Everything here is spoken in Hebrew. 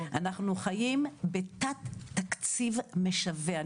אנחנו חיים בתת תקציב משווע.